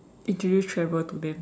introduce travel to them